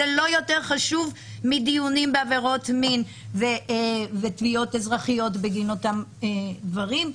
זה לא יותר חשוב מדיונים בעבירות מין ותביעות אזרחיות בגין אותם דברים,